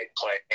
play